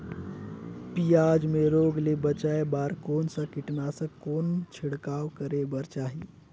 पियाज मे रोग ले बचाय बार कौन सा कीटनाशक कौन छिड़काव करे बर चाही?